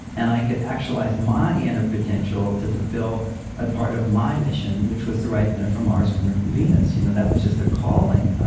and i could actualize my inner potential to fulfill a part of my mission, which was the right men are from mars, women are from venus. you know that was just a calling. ah